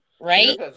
Right